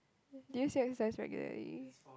do you still exercise regularly